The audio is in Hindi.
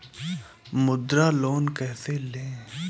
मुद्रा लोन कैसे ले?